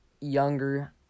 younger